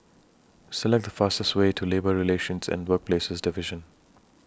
Select The fastest Way to Labour Relations and Workplaces Division